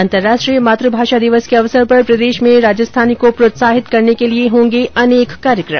अन्तरराष्ट्रीय मातू भाषा दिवस के अवसर पर प्रदेश में राजस्थानी को प्रोत्साहित करने के लिए होंगे अनेक कार्यक्रम